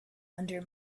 under